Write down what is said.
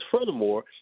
Furthermore